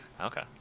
Okay